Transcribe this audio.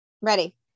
Ready